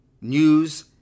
news